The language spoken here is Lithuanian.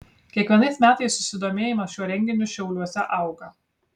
kiekvienais metais susidomėjimas šiuo renginiu šiauliuose auga